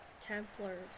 Templars